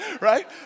right